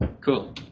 Cool